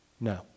No